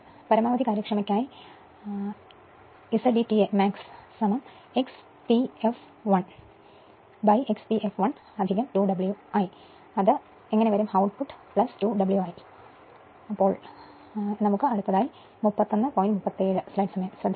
പരമാവധി കാര്യക്ഷമതയ്ക്കായി nu zeta max X p f l X p f l 2 W i ഉരുത്തിരിഞ്ഞത് output 2 W i output ആണെന്ന് നമുക്കറിയാം